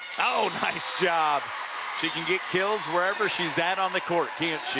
oh, nice job she can get kills wherever she's at on the court, can't